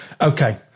Okay